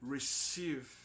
Receive